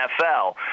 NFL